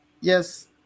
Yes